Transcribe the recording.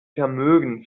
vermögen